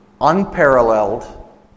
unparalleled